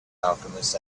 alchemist